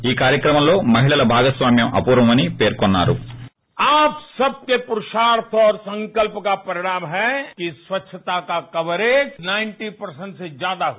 ఈ కార్యక్రమంలో మహిళల భాగస్వామ్యం అపూర్వమని పేర్కొన్నారు